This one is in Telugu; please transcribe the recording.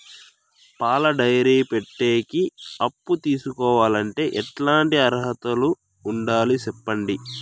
పాల డైరీ పెట్టేకి అప్పు తీసుకోవాలంటే ఎట్లాంటి అర్హతలు ఉండాలి సెప్పండి?